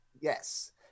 Yes